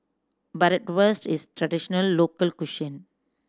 bratwurst is a traditional local cuisine